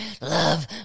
love